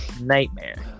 Nightmare